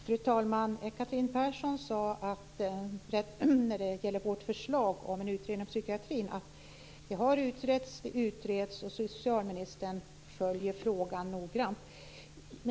Fru talman! Catherine Persson sade om vårt förslag om en utredning inom psykiatrin att frågan har utretts, utreds och att socialministern följer frågan noggrant.